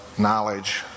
knowledge